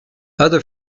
other